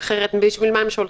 כי אחרת, בשביל מה הם שולחים?